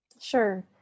sure